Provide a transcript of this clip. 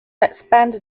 expand